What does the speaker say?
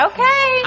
Okay